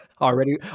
Already